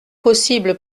possible